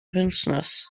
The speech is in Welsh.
penwythnos